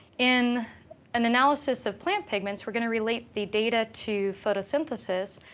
in an analysis of plant pigments, we're going to relate the data to photosynthesis.